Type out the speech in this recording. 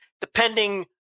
Depending